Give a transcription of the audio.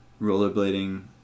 Rollerblading